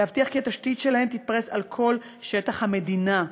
להבטיח כי התשתית שלהן תתפרס על כל שטח המדינה,